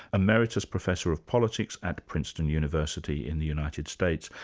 emeritus professor of politics at princeton university in the united states.